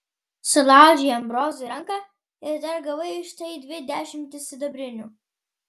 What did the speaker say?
sulaužei ambrozui ranką ir dar gavai už tai dvi dešimtis sidabrinių